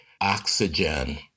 oxygen